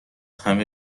همه